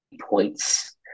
points